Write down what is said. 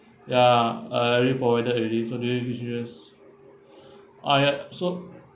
ya i forwarded already so do we just I uh so